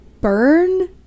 burn